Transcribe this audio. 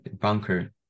bunker